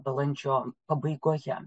balandžio pabaigoje